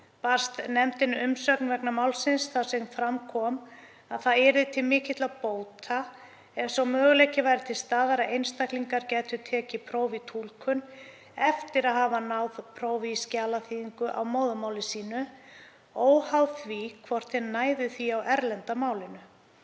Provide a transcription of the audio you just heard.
barst nefndinni umsögn vegna málsins þar sem fram kom að það yrði til mikilla bóta ef sá möguleiki væri til staðar að einstaklingar gætu tekið próf í túlkun eftir að hafa náð prófi í skjalaþýðingu á móðurmáli sínu, óháð því hvort þeir næðu því á erlenda málinu.